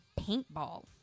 paintball